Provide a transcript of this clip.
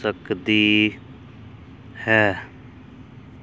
ਸਕਦੀ ਹੈ